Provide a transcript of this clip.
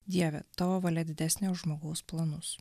dieve tavo valia didesnė už žmogaus planus